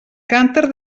cànter